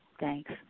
Thanks